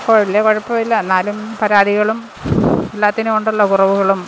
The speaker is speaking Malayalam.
വലിയ കുഴപ്പമില്ല എന്നാലും പരാതികളും എല്ലാത്തിനും ഉണ്ടല്ലോ കുറവുകളും